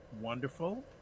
Wonderful